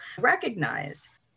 recognize